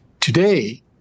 Today